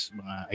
mga